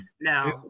Now